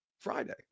Friday